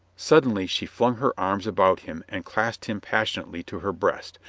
suddenly she flung her arms about him and clasped him passion ately to her breast,